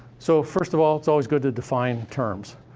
so first of all, it's always good to define terms.